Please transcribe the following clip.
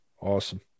Awesome